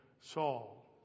Saul